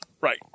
Right